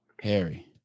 harry